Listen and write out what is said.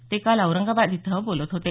ते काल औरंगाबाद इथं बोलत होते